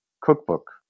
Cookbook